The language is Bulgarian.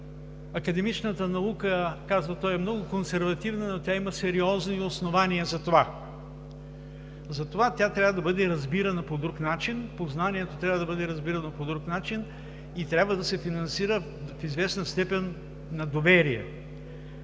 академичната наука е много консервативна, но тя има сериозни основания за това. Затова тя трябва да бъде разбирана по друг начин, познанието трябва да бъде разбирано по друг начин и трябва да се финансира в известна степен на доверие.